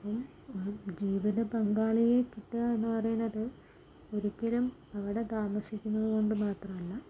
അപ്പം ജീവിത പങ്കാളിയെ കിട്ടുക എന്ന് പറയുന്നത് ഒരിക്കലും അവിടെ താമസിക്കുന്നത് കൊണ്ട് മാത്രല്ല